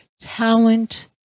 talent